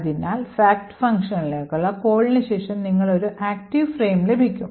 അതിനാൽ fact ഫംഗ്ഷനിലേക്കുള്ള കോളിന് ശേഷം നിങ്ങൾക്ക് ഒരു active ഫ്രെയിം ലഭിക്കും